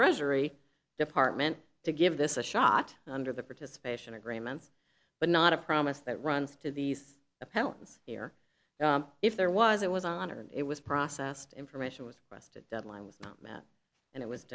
treasury department to give this a shot under the participation agreements but not a promise that runs to these accounts here if there was it was honored and it was processed information was arrested deadline was not met and it was